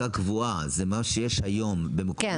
להנפקה קבועה וזה מה שיש היום במקומות